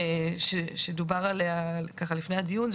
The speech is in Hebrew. שדובר עליה לפני הדיון,